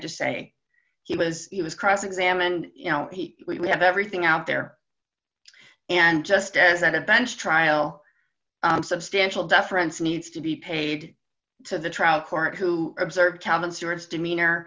to say he was he was cross examined you know we have everything out there and just as at a bench trial substantial deference needs to be paid to the trial court who observed cabin stewards demeanor